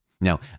Now